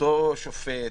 אותו שופט,